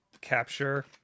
capture